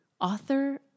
Author